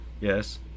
yes